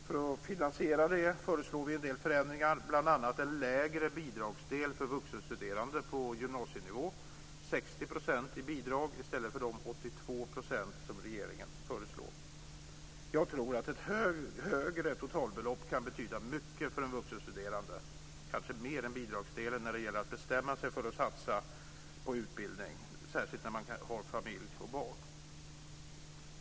För att finansiera det föreslår vi en del förändringar, bl.a. en lägre bidragsdel för vuxenstuderande på gymnasienivå - 60 % i bidrag i stället för de 82 % som regeringen föreslår. Jag tror att ett högre totalbelopp kan betyda mycket för en vuxenstuderande - kanske mer än bidragsdelen - när det gäller att bestämma sig för att satsa på utbildning, särskilt när man har familj och barn.